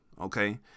Okay